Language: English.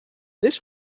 this